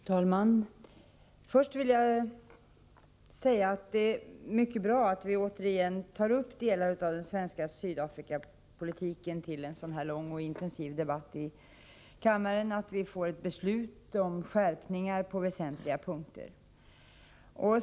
Herr talman! Först vill jag säga att det är mycket bra att vi återigen tar upp delar av den svenska Sydafrikapolitiken till en lång och intensiv debatt i kammaren och att vi får ett beslut om skärpningar på väsentliga punkter.